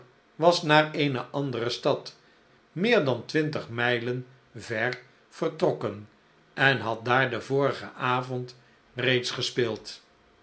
was naar eene andere stad meer dan twintig mijlen ver vertrokken en had daar den vorigen avond reeds gespeeld